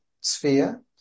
sphere